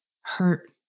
hurt